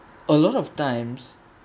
a lot of times